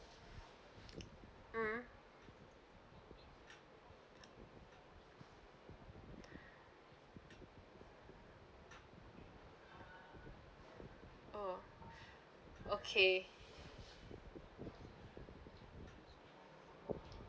mm oh okay